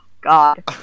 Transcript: god